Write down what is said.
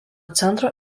centro